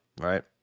right